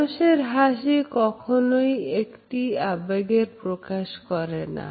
মানুষের হাসি কখনোই একটি আবেগের প্রকাশ করে না